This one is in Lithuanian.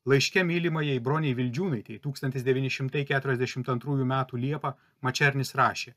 laiške mylimajai bronei vildžiūnaitei tūkstantis devyni šimtai keturiasdešimt antrųjų metų liepą mačernis rašė